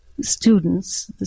students